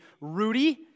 Rudy